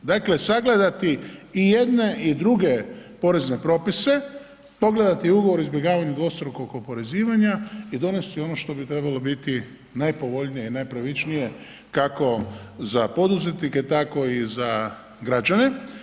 Dakle sagledati i jedne i druge porezne propise, pogledati ugovor o izbjegavanju dvostrukog oporezivanja i donesti ono što bi trebalo biti najpovoljnije i najpravičnije kako za poduzetnike tako i za građane.